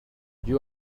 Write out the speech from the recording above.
you